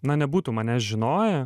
na nebūtų manęs žinoję